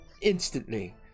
instantly